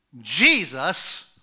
Jesus